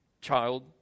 child